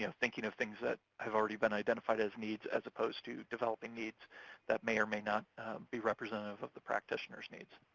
you know thinking of things that have already been identified as needs, as opposed to developing needs that may or may not be representative of the practitioners' needs.